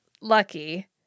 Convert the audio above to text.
lucky